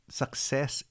success